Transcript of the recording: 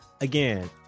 Again